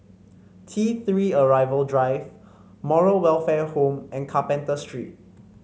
T Three Arrival Drive Moral Welfare Home and Carpenter Street